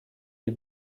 les